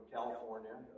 California